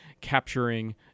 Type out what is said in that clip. capturing